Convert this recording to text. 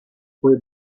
fue